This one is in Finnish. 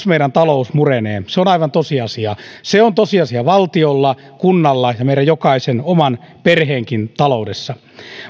meidän talous murenee se on aivan tosiasia se on tosiasia valtiolla kunnalla ja meidän jokaisen oman perheenkin taloudessa